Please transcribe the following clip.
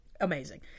amazing